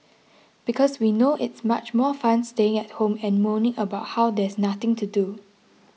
because we know it's much more fun staying at home and moaning about how there's nothing to do